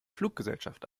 fluggesellschaft